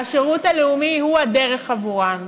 והשירות הלאומי הוא הדרך עבורם.